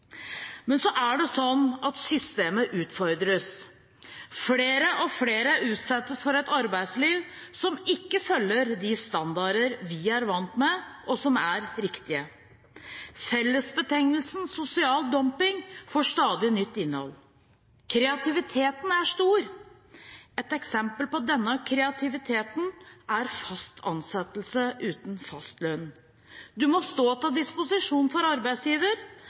Men så er det sånn at systemet utfordres. Flere og flere utsettes for et arbeidsliv som ikke følger de standarder vi er vant med, og som er riktige. Fellesbetegnelsen sosial dumping får stadig nytt innhold. Kreativiteten er stor. Et eksempel på denne kreativiteten er fast ansettelse uten fast lønn. En må stå til disposisjon for arbeidsgiver,